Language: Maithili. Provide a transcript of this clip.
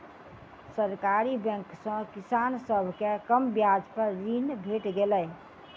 सरकारी बैंक सॅ किसान सभ के कम ब्याज पर ऋण भेट गेलै